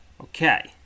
Okay